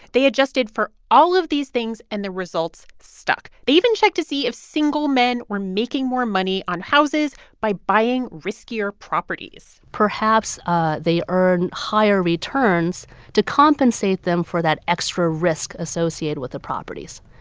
they adjusted for all of these things, and the results stuck. they even checked to see if single men were making more money on houses by buying riskier properties perhaps ah they earn higher returns to compensate them for that extra risk associated with the properties.